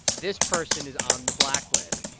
this person is on the blacklist.